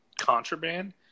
contraband